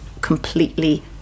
completely